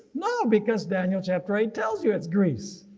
no because daniel chapter eight tells you it's greece.